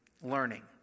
learning